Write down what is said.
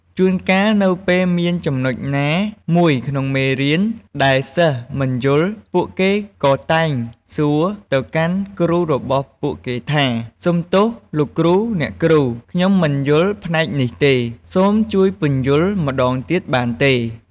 ជួនកាល នៅពេលមានចំណុចណាមួយក្នុងមេរៀនដែលសិស្សមិនយល់ ពួកគេក៏តែងសួរទៅកាន់គ្រូរបស់ពួកគេថា សុំទោស លោកគ្រូ អ្នកគ្រូ ខ្ញុំមិនយល់ផ្នែកនេះទេ សូមជួយពន្យល់ម្ដងទៀតបានទេ។